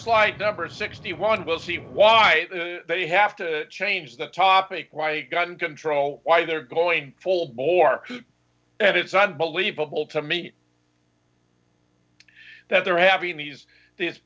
slight number sixty one we'll see why they have to change the topic why gun control why they're going full bore and it's unbelievable to me that they're having these